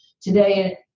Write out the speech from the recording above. today